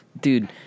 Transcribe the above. dude